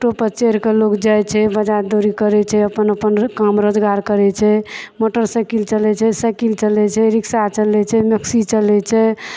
auto पर चढ़िके लोक जाइ छै बजार दौरी करय छै अपन अपन काम रोज़गार करै छै मोटरसाइकिल चलै छै साइकिल चलै छै रिक्सा चलै छै मैक्सी चलै छै